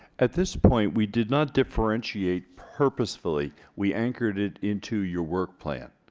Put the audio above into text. at this point we did not differentiate purposefully we anchored it into your work plan